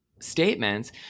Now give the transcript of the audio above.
statements